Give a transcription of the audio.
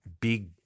big